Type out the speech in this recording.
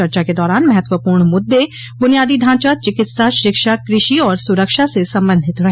चर्चा के दौरान महत्वपूर्ण मुद्दे बुनियादी ढांचा चिकित्सा शिक्षा कृषि और सुरक्षा से संबंधित रहे